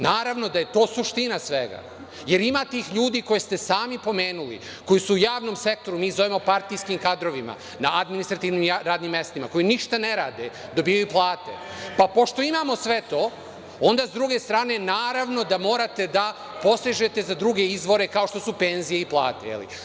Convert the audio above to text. Naravno da je to suština svega, jer ima tih ljudi koje ste sami pomenuli, koji su u javnom sektoru, mi ih zovemo partijskim kadrovima, na administrativnim radnim mestima koji ništa ne rade, dobijaju plate, pa pošto imamo sve to, onda sa druge strane, naravno, da morate da postižete za druge izvore, kao što su penzije i plate.